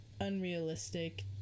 unrealistic